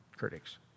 critics